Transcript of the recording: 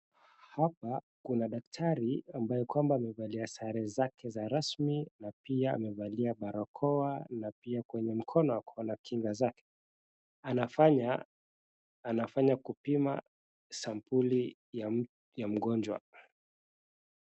Hapa kuna daktari ambaye kwamba amevalia sare zake za rasmi na pia amevalia barakoa na pia kwenye mkono ako na kinga zake. Anafanya kupima sampuli ya mgonjwa.